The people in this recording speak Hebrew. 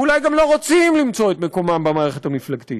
ואולי גם לא רוצים למצוא את מקומם במערכת המפלגתית,